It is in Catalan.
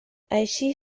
així